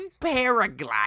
paragliding